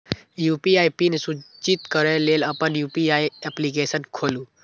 UPI PIN सृजित करै लेल अपन यू.पी.आई एप्लीकेशन खोलू